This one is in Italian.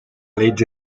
legge